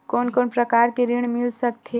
कोन कोन प्रकार के ऋण मिल सकथे?